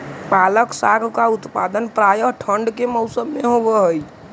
पालक साग का उत्पादन प्रायः ठंड के मौसम में होव हई